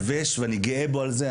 ואני גאה בו על זה.